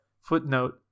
Footnote